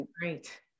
great